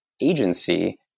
agency